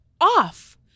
off